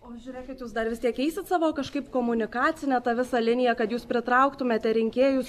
o žiūrėkit jūs dar vis tiek eisit savo kažkaip komunikacinę tą visą liniją kad jūs pritrauktumėte rinkėjus